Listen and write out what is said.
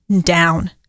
down